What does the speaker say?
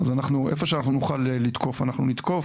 אז איפה שאנחנו נוכל לתקוף, אנחנו נתקוף,